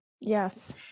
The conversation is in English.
Yes